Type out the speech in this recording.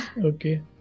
Okay